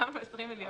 סיכמנו 20 מיליון.